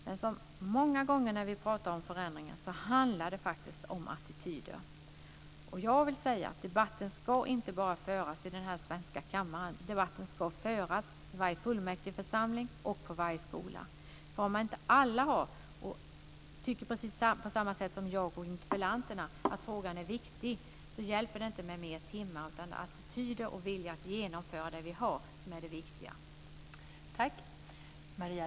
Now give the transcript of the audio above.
Men det handlar faktiskt om attityder, som det många gånger gör när vi pratar om förändringar. Debatten ska inte bara föras i denna svenska kammare. Den ska föras i varje fullmäktigeförsamling och på varje skola. Om inte alla tycker att frågan är viktig, som jag och interpellanten gör, hjälper det inte med fler timmar. Det är attityder och vilja att genomföra det vi har som är det viktiga.